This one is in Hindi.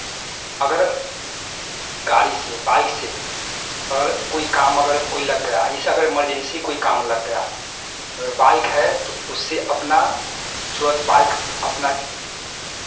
अगर गाड़ी से बाइक से अगर कोई काम अगर कोई लग गया जैसे अगर इमरजेंसी कोई काम लग गया अगर बाइक है तो उससे अपना तुरंत बाइक अपना